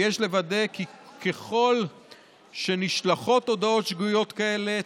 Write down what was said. ויש לוודא כי ככל שנשלחות הודעות שגויות כאלה,